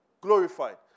Glorified